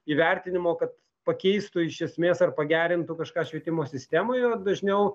įvertinimo kad pakeistų iš esmės ar pagerintų kažką švietimo sistemoje dažniau